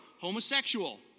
homosexual